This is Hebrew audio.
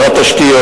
שר התשתיות,